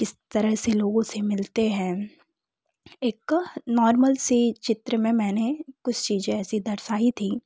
किस तरह से लोगों से मिलते हैं एक नार्मल से चित्र में मैंने कुछ चीज़ें ऐसी दर्शायीं थी